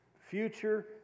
future